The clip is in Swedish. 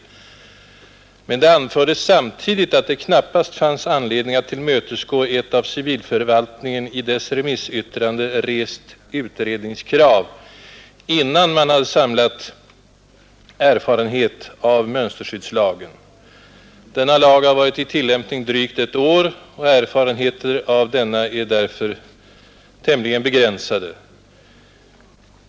Men departementschefen anförde samtidigt att det knappast fanns anledning att tillmötesgå ett av civilförvaltningen i dess remissyttrande rest utredningskrav innan man samlat erfarenheter av mönsterskyddslagen. Denna lag har varit i tillämpning drygt ett år, och erfarenheterna av lagen är därför tämligen begränsade.